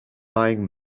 buying